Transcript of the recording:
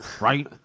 right